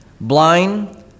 blind